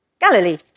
Galilee